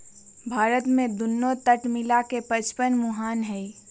भारत में दुन्नो तट मिला के पचपन मुहान हई